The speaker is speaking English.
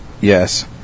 Yes